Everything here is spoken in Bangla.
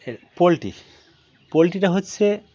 এর পোলট্রি পোলট্রিটা হচ্ছে